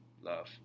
Love